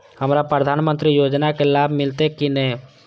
हमरा प्रधानमंत्री योजना के लाभ मिलते की ने?